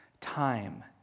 time